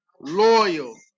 loyal